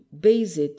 based